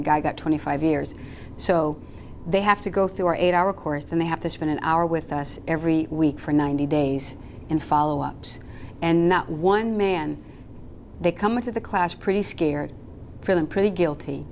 the guy got twenty five years so they have to go through our eight hour course and they have to spend an hour with us every week for ninety days and follow ups and that one man they come into the class pretty scared feeling pretty guilty